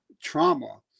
trauma